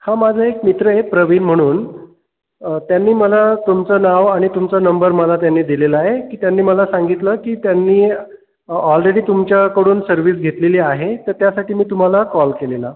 हां माझा एक मित्र आहे प्रवीन म्हणून त्यांनी मला तुमचं नाव आणि तुमचा नंबर मला त्यांनी दिलेला आहे की त्यांनी मला सांगितलं की त्यांनी ऑलरेडी तुमच्याकडून सर्विस घेतलेली आहे तर त्यासाठी मी तुम्हाला कॉल केलेला